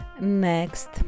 Next